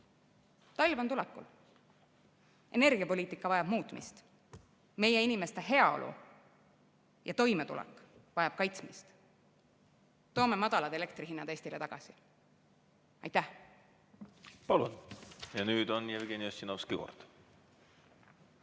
Talv on tulekul. Energiapoliitika vajab muutmist, meie inimeste heaolu ja toimetulek vajab kaitsmist. Toome madalad elektri hinnad Eestile tagasi! Aitäh! Jätkame elektriteemadel.